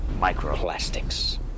Microplastics